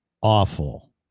awful